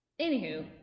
Anywho